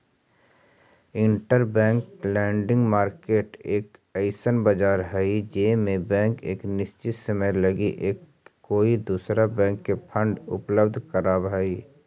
interbank lending market एक अइसन बाजार हई जे में बैंक एक निश्चित समय लगी एक कोई दूसरा बैंक के फंड उपलब्ध कराव हई